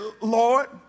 Lord